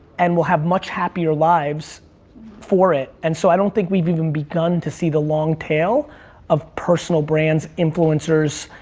and will have much happier lives for it, and so i don't think we've even begun to see the long tail of personal brands, influencers.